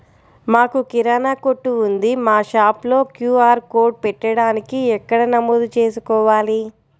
మాకు కిరాణా కొట్టు ఉంది మా షాప్లో క్యూ.ఆర్ కోడ్ పెట్టడానికి ఎక్కడ నమోదు చేసుకోవాలీ?